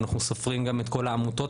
ואנחנו נקדם אותה,